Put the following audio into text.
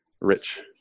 rich